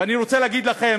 ואני רוצה להגיד לכם,